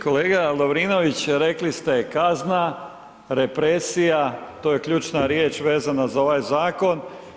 Kolega Lovrinović rekli ste, kazna, represija, to je ključna riječ vezana za ovaj zakon.